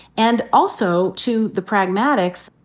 and also to the pragmatics,